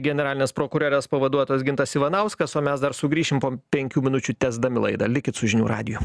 generalinės prokurorės pavaduotojas gintas ivanauskas o mes dar sugrįšim po penkių minučių tęsdami laidą likit su žinių radiju